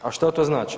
A što to znači?